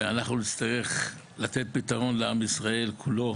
ואנחנו נצטרך לתת פתרון לעם ישראל כולו